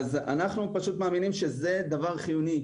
מאמינים שזה דבר חיוני.